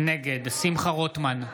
נגד שמחה רוטמן,